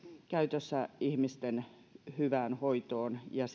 käytössä ihmisten hyvään hoitoon ja